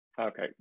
Okay